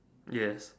yes